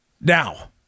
Now